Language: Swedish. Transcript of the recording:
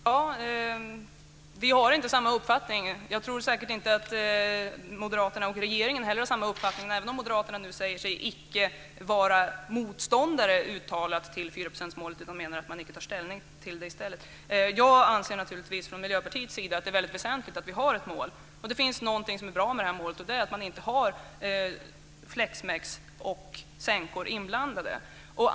Herr talman! Vi har inte samma uppfattning. Jag tror säkert inte att Moderaterna och regeringen heller har samma uppfattning, även om nu Moderaterna säger sig icke vara uttalade motståndare till 4 procentsmålet utan i stället menar att man icke tar ställning till det. Jag anser naturligtvis från Miljöpartiets sida att det är väldigt väsentligt att vi har ett mål. Det som är bra med det här målet är att man inte har flexmex och sänkor inblandade.